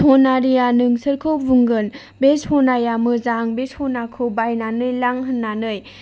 सनारिया नोंसोरखौ बुंगोन बे सनाया मोजां बे सनाखौ बायनानै लां होननानै